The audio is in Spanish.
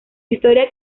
historia